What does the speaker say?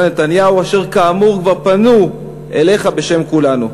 נתניהו אשר כאמור כבר פנו אליך בשם כולנו.